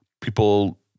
people